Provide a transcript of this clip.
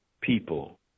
people